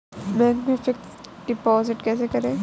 Bank में fix deposit कैसे करें?